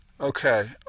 Okay